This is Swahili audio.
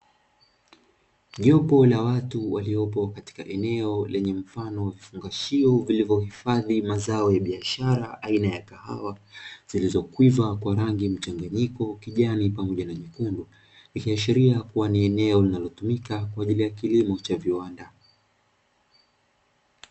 Jopo la watu waliopo katika eneo lenye mfano wa vifungashio vilivyohifadhi mazao ya biashara aina ya kahawa zilizokwiva kwa rangi mchanganyiko kijani pamoja na nyekundu ikiashiria kuwa ni eneo linalotumika kwa ajili ya kilimo cha viwanda.